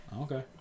okay